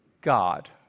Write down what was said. God